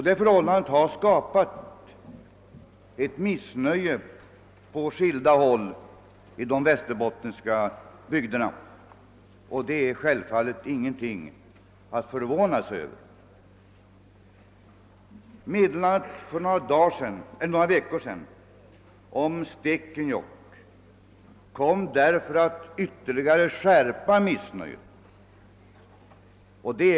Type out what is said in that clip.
Det förhållandet har skapat missnöje på skilda håll i de västerbottniska bygderna, och det är självfallet ingenting att förvåna sig Över. Meddelandet om Stekenjokk för några veckor sedan kom att ytterligare skärpa missnöjet.